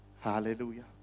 Hallelujah